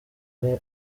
ari